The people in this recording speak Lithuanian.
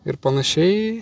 ir panašiai